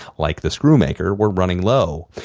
like the screw-maker, were running low.